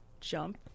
jump